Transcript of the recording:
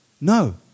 No